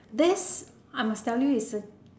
this I must tell you is a